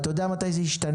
אתה יודע מתי זה ישתנה?